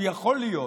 הוא יכול להיות